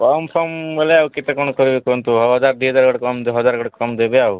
କମ୍ ସମ ବୋଲେ ଆଉ କେତେ କଣ କହିବି କୁହନ୍ତୁ ହଉ ହଜାର ଦୁୁଇ ହଜାର ଗୋଟେ କମ୍ ହଜାରେ ଗୋଟେ କମ୍ ଦେବେ ଆଉ